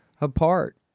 apart